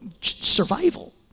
survival